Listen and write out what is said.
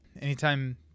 anytime